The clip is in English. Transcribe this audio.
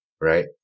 right